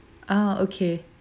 ah okay